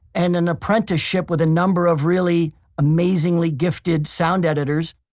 and an apprenticeship with a number of really amazingly gifted sound editors.